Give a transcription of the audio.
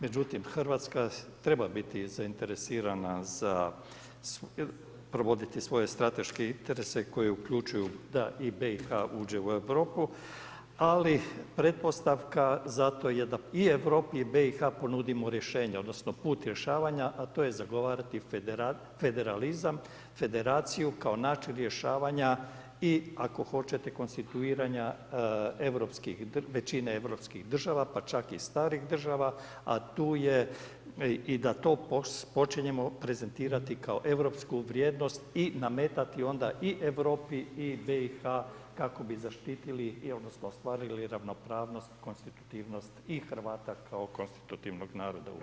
Međutim, RH treba biti zainteresirana za provoditi svoje strateške interese koji uključuju da i BIH uđe u Europu, ali pretpostavka za to je da i Europi i BIH ponudimo rješenje odnosno put rješavanja, a to je zagovarati federalizam, federaciju kao način rješavanja i ako hoćete, konstituiranja većine europskih država pa čak i starih država, a tu je i da to počinjemo prezentirati kao europsku vrijednost i nametati onda i Europi i BIH kako bi zaštititi odnosno ostvarili ravnopravnost, konstitutivnost i Hrvata kao konstitutivnog naroda u BIH.